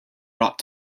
brought